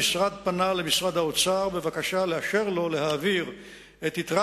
המשרד פנה למשרד האוצר בבקשה לאשר לו להעביר את יתרת